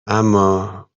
اما